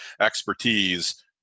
expertise